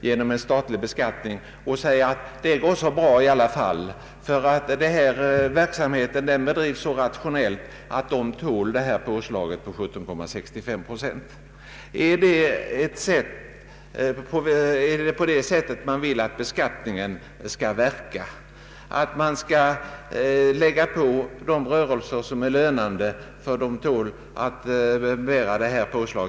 Det bör de kunna klara, anser herr Jansson, för verksamheten bedrivs så rationellt. är det på det sättet man vill att beskattningen skall verka, att de rörelser som drivs rationellt skall belastas extra, därför att de tål ett påslag?